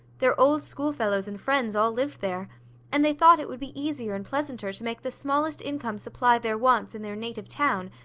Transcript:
their old schoolfellows and friends all lived there and they thought it would be easier and pleasanter to make the smallest income supply their wants in their native town,